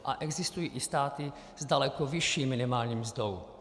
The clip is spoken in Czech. A existují i státy s daleko vyšší minimální mzdou.